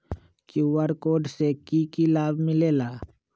QR code से कि कि लाव मिलेला?